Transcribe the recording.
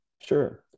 sure